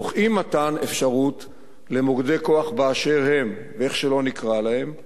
תוך אי-מתן אפשרות למוקדי כוח באשר הם ואיך שלא נקרא להם,